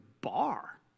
bar